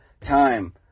time